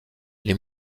les